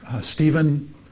Stephen